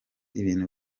ibintu